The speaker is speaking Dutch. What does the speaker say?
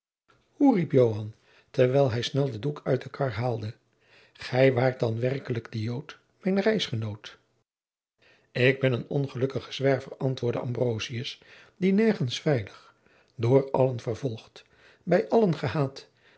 hoe riep joan terwijl hij snel den doek uit de kar haalde gij waart dan werkelijk die jood mijn reisgenoot jacob van lennep de pleegzoon ik ben een ongelukkige zwerver antwoordde ambrosius die nergens veilig door allen vervolgd bij allen gehaat